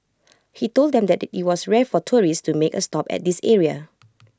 he told them that IT was rare for tourists to make A stop at this area